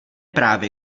právě